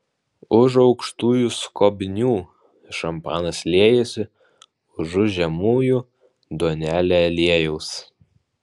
už aukštųjų skobnių šampanas liejasi užu žemųjų duonelė aliejus